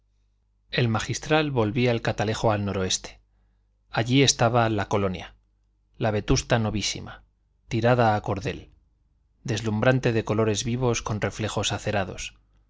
el magistral volvía el catalejo al noroeste allí estaba la colonia la vetusta novísima tirada a cordel deslumbrante de colores vivos con reflejos acerados